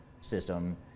system